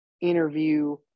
interview